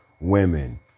women